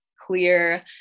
clear